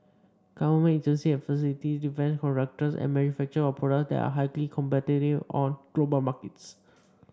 government agency and facility defence contractors and manufacturers of products that are highly competitive on global markets